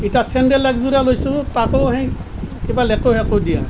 এতিয়া চেণ্ডেল একযোৰা লৈছিলোঁ তাতো সেই কিবা লেতু সেতু দিয়া